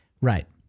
Right